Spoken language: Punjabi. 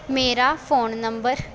ਮੇਰਾ ਫੋਨ ਨੰਬਰ